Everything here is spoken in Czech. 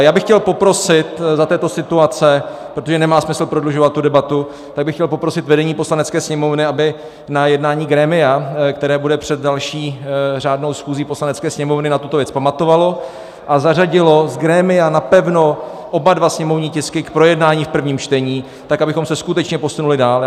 Já bych chtěl poprosit za této situace, protože nemá smysl prodlužovat tu debatu, tak bych chtěl poprosit vedení Poslanecké sněmovny, aby na jednání grémia, které bude před další řádnou schůzí Poslanecké sněmovny, na tuto věc pamatovalo a zařadilo z grémia napevno oba sněmovní tisky k projednání v prvním čtení, tak abychom se skutečně posunuli dál.